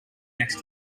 next